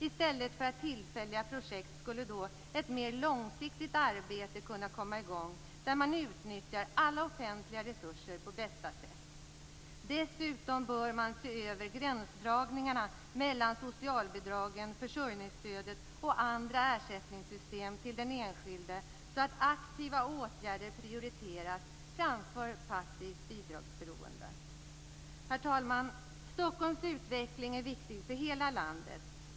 I stället för tillfälliga projekt skulle då ett mer långsiktigt arbete kunna komma igång där man utnyttjar alla offentliga resurser på bästa sätt. Dessutom bör man se över gränsdragningarna mellan socialbidragen, försörjningsstödet och andra ersättningssystem till den enskilde så att aktiva åtgärder prioriteras framför passivt bidragsberoende. Herr talman! Stockholms utveckling är viktig för hela landet.